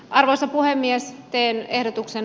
arvoisa puhemies teen ehdotuksen